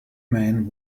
man